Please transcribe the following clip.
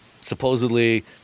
supposedly